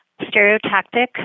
stereotactic